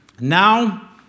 Now